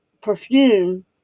Perfume